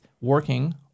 working